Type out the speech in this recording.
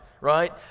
right